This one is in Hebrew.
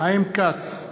חיים כץ,